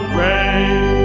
rain